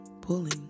pulling